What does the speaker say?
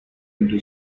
into